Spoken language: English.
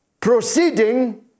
proceeding